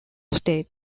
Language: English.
state